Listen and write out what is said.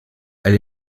elle